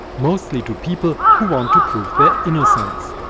mostly to people who want to prove their innocence.